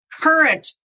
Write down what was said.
current